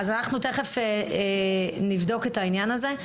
תכף נבדוק את העניין הזה.